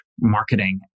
marketing